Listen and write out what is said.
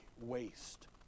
waste